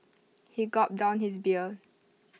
he gulped down his beer